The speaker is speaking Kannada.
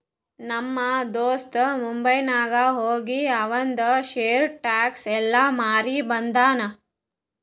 ನಮ್ ದೋಸ್ತ ಮುಂಬೈನಾಗ್ ಹೋಗಿ ಆವಂದ್ ಶೇರ್, ಸ್ಟಾಕ್ಸ್ ಎಲ್ಲಾ ಮಾರಿ ಬಂದುನ್